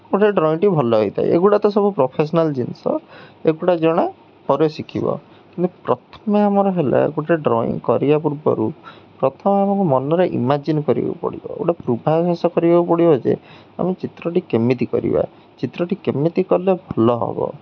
ଗୋଟେ ଡ୍ରଇଂଟି ଭଲ ହୋଇଥାଏ ଏଗୁଡ଼ା ତ ସବୁ ପ୍ରଫେସନାଲ୍ ଜିନିଷ ଏଗୁଡ଼ା ଜଣେ ପରେ ଶିଖିବ କିନ୍ତୁ ପ୍ରଥମେ ଆମର ହେଲା ଗୋଟେ ଡ୍ରଇଂ କରିବା ପୂର୍ବରୁ ପ୍ରଥମେ ଆମକୁ ମନରେ ଇମାଜିନ୍ କରିବାକୁ ପଡ଼ିବ ଗୋଟେ ପୂର୍ବାଭାଷ କରିବାକୁ ପଡ଼ିବ ଯେ ଆମେ ଚିତ୍ରଟି କେମିତି କରିବା ଚିତ୍ରଟି କେମିତି କଲେ ଭଲ ହେବ